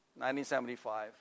1975